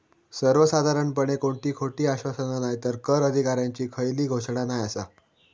सर्वसाधारणपणे कोणती खोटी आश्वासना नायतर कर अधिकाऱ्यांची खयली घोषणा नाय आसा